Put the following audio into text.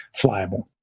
flyable